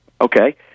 Okay